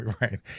right